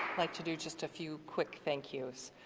like to do just a few quick thank you's.